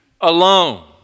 alone